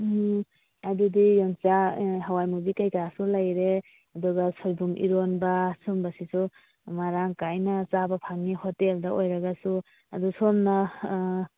ꯎꯝ ꯑꯗꯨꯗꯤ ꯌꯣꯡꯆꯥꯛ ꯍꯋꯥꯏ ꯃꯨꯕꯤ ꯀꯔꯤ ꯀꯔꯥꯁꯨ ꯂꯩꯔꯦ ꯑꯗꯨꯒ ꯁꯣꯏꯕꯨꯝ ꯏꯔꯣꯟꯕ ꯁꯤꯒꯨꯝꯕꯁꯤꯁꯨ ꯃꯔꯥꯡ ꯀꯥꯏꯅ ꯆꯥꯕ ꯐꯪꯏ ꯍꯣꯇꯦꯜꯗ ꯑꯣꯏꯔꯒꯁꯨ ꯑꯗꯨ ꯁꯣꯝꯅ